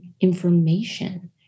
information